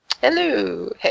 Hello